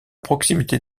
proximité